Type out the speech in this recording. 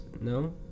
no